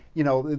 you know,